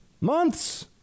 months